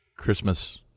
Christmas